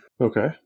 Okay